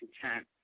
content